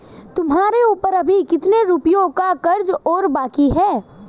तुम्हारे ऊपर अभी कितने रुपयों का कर्ज और बाकी है?